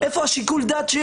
איפה השיקול דעת.